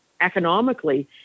economically